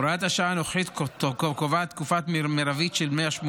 הוראת השעה הנוכחית קובעת תקופה מרבית של 180 יום.